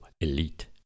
elite